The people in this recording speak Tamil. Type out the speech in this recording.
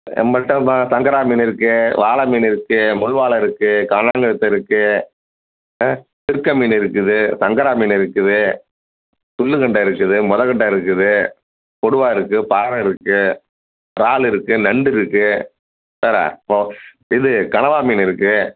நம்மள்கிட்டம்மா சங்கரா மீன் இருக்கு வாலை மீன் இருக்கு முள்வாலை இருக்கு கானாங்கழுத்த இருக்கு ஆ திருக்கை மீன் இருக்குது சங்கரா மீன் இருக்குது துள்ளு கண்டை இருக்குது மொற கண்டை இருக்குது கொடுவா இருக்கு பாறை இருக்கு றாலு இருக்கு நண்டு இருக்கு வேறு போ இது கனவா மீன் இருக்கு